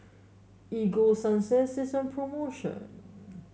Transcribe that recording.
Ego Sunsense is on promotion